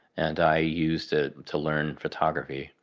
and i used it to learn photography.